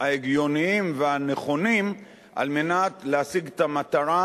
ההגיוניים והנכונים על מנת להשיג את המטרה